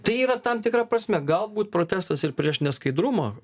tai yra tam tikra prasme galbūt protestas ir prieš neskaidrumą